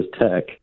Tech